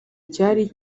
icyari